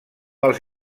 els